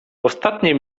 ostatnie